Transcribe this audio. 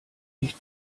nicht